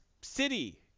city